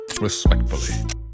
respectfully